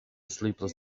sleepless